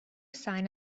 sign